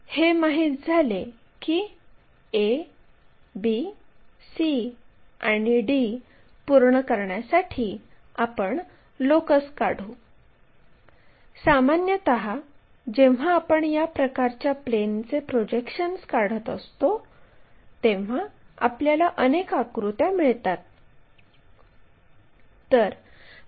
तर आपण पाहू शकतो की ही लाईन म्हणजे जी फ्रंट व्ह्यूमधील प्रोजेक्शन आहे आणि टॉप व्ह्यूमधील प्रोजेक्शन आहे